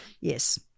Yes